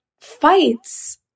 fights